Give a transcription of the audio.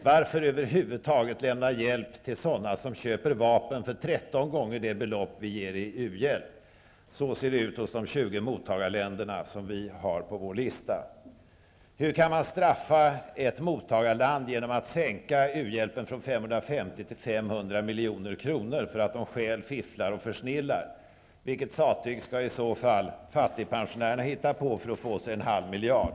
Varför lämnar man över huvud taget hjälp till sådana länder som köper vapen för ett belopp som är 13 gånger större än det vi ger i u-hjälp? Så ser det ut hos de 20 mottagarländer som vi har på vår lista. Hur kan man straffa ett mottagarland genom att sänka u-hjälpen från 550 till 500 milj.kr. för att de stjäl, fifflar och försnillar? Vilka sattyg skall i så fall fattigpensionärerna hitta på för att få sig en halv miljard?